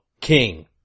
king